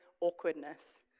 awkwardness